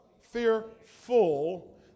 Fearful